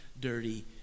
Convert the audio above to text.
dirty